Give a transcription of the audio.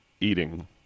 eating